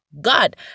God